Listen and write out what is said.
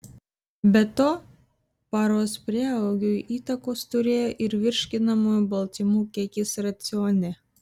be to paros prieaugiui įtakos turėjo ir virškinamųjų baltymų kiekis racione